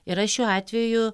yra šiuo atveju